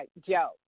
Joe